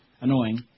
Annoying